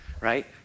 right